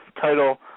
title